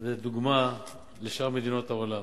וזו דוגמה לשאר מדינות העולם.